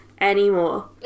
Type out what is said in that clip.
anymore